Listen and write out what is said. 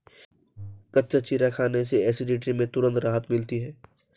कच्चा जीरा खाने से एसिडिटी में तुरंत राहत मिलती है